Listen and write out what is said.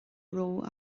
raibh